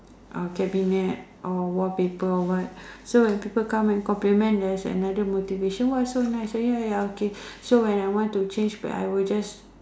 a cabinet or wallpaper or what so when people come and compliment that's another motivation what so nice ya ya okay so when I want to change back I will just